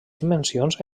dimensions